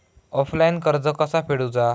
Offline कर्ज कसा फेडूचा?